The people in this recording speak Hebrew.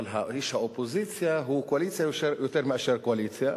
אבל איש האופוזיציה הוא קואליציה יותר מאשר קואליציה.